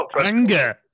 anger